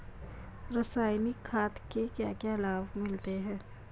रसायनिक खाद के क्या क्या लाभ मिलते हैं?